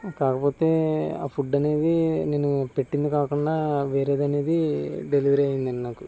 కాకపోతే ఆ ఫుడ్ అనేది నేను పెట్టింది కాకుండా వేరేది అనేది డెలివరీ అయ్యిందండి నాకు